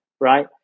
right